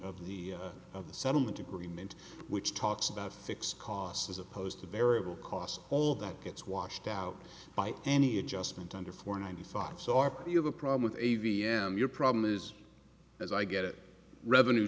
of the of the settlement agreement which talks about fixed cost as opposed to variable costs all that gets washed out by any adjustment under four ninety five so are you have a problem with a v m your problem is as i get it revenue